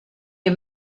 you